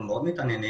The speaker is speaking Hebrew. אנחנו מאוד מתעניינים,